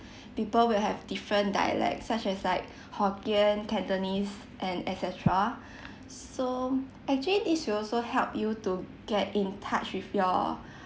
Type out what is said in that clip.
people will have different dialects such as like hokkien cantonese and et cetera so actually this will also help you to get in touch with your